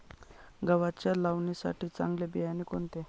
गव्हाच्या लावणीसाठी चांगले बियाणे कोणते?